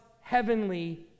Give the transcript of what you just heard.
heavenly